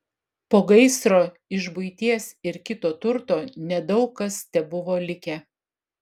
po gaisro iš buities ir kito turto nedaug kas tebuvo likę